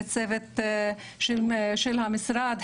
לצוות המשרד,